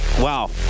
wow